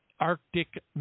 Arctic